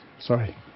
Sorry